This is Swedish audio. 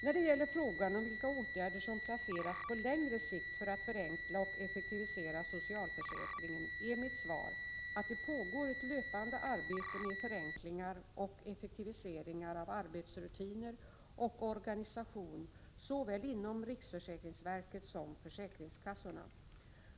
När det gäller frågan om vilka åtgärder som planeras på längre sikt för att förenkla och effektivisera socialförsäkringen är mitt svar att det pågår ett löpande arbete med förenklingar och effektiviseringar av arbetsrutiner och organisation såväl inom riksförsäkringsverket som inom försäkringskassorna.